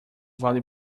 vale